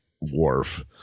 Worf